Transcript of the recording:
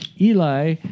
Eli